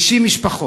90 משפחות,